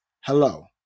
hello